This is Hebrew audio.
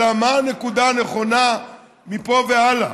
אלא מה הנקודה הנכונה מפה והלאה,